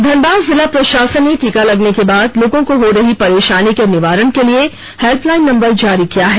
धनबाद जिला प्रशासन ने टीका लगने के बाद लोगों को हो रही परेशानी के निवारण के लिए हेल्पलाइन नंबर जारी किया है